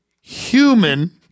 human